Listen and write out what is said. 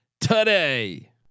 today